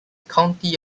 county